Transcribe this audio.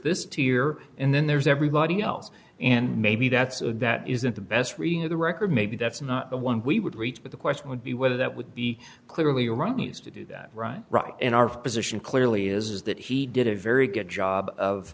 this two year and then there's everybody else and maybe that's a vet isn't the best reading of the record maybe that's not the one we would reach but the question would be whether that would be clearly erroneous to do that right in our position clearly is that he did a very good job of